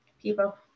people